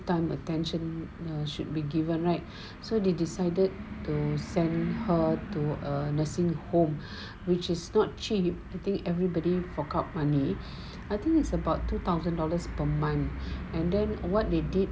time attention should be given right so they decided to send her to a nursing home which is not cheap the thing everybody fork out money I think it's about two thousand dollars per month and then what they did